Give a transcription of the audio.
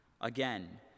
Again